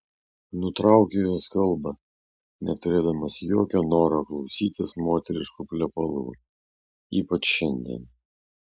nutraukiu jos kalbą neturėdamas jokio noro klausytis moteriškų plepalų ypač šiandien